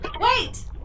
wait